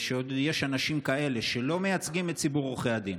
ועוד כשיש אנשים כאלה שלא מייצגים את ציבור עורכי הדין